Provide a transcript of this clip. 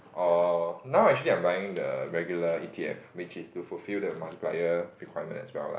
or now actually I'm buying the regular E_T_F which is to fulfill the multiplier requirement as well lah